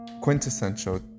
quintessential